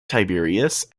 tiberius